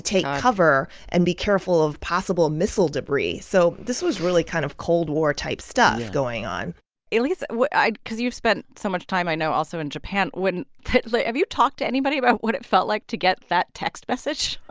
take cover and be careful of possible missile debris. so this was really kind of cold war-type stuff going on elise, i'd because you've spent so much time, i know, also in japan when like have you talked to anybody about what it felt like to get that text message?